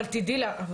אבל תדעי לך,